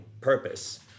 purpose